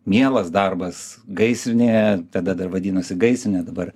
mielas darbas gaisrinėje tada dar vadinosi gaisrinė dabar